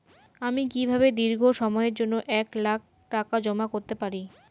আমি কিভাবে দীর্ঘ সময়ের জন্য এক লাখ টাকা জমা করতে পারি?